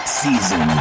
season